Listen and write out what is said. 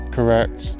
Correct